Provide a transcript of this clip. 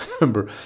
remember